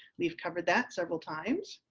we've covered that several times.